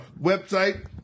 website